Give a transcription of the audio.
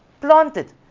planted